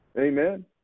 Amen